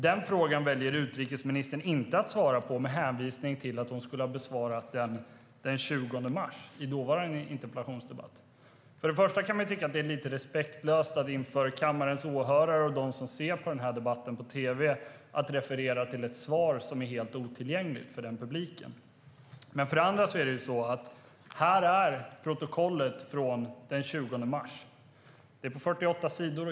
Den väljer utrikesministern att inte svara på med hänvisning till att hon skulle ha besvarat frågan den 20 mars i dåvarande interpellationsdebatt. För det andra har jag här i min hand protokollet från den 20 mars. Det är på 48 sidor.